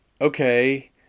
okay